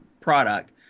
product